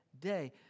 day